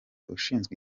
ushinzwe